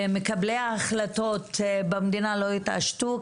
מקבלי ההחלטות במדינה לא יתעשתו,